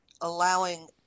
allowing